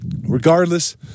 regardless